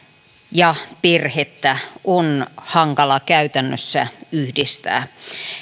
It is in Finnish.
ja perhettä on hankala käytännössä yhdistää